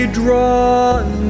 drawn